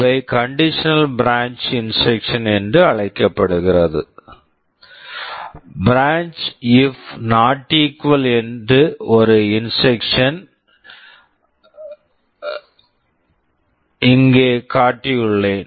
இவை conditional branch conditional branch instruction instruction என்று அழைக்கப்படுகிறது பிரான்ச் இப் நாட் ஈகுவல் என்று ஒரு conditional branch conditional branch instruction instruction -ஐ இங்கே காட்டியுள்ளேன்